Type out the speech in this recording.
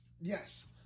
Yes